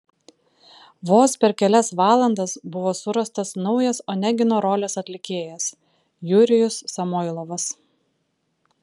vos per kelias valandas buvo surastas naujas onegino rolės atlikėjas jurijus samoilovas